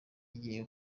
igihe